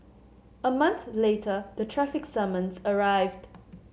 a month later the traffic summons arrived